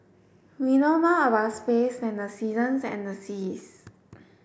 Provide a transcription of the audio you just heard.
we know more about space than the seasons and the seas